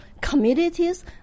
communities